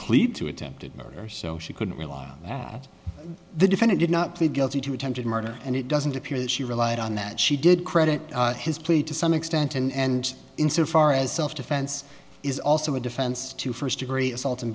plead to attempted murder so she couldn't realize that the defendant did not plead guilty to attempted murder and it doesn't appear that she relied on that she did credit his plea to some extent and insofar as self defense is also a defense to first degree assault